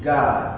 God